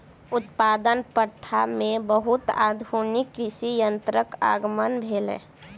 उत्पादन प्रथा में बहुत आधुनिक कृषि यंत्रक आगमन भेल